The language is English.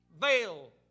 Veil